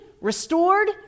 restored